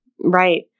Right